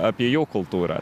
apie jų kultūrą